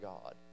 God